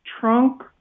trunk